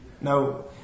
No